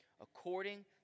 according